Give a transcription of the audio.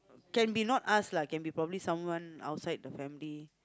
can be not us lah can be probably someone outside the family